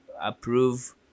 approve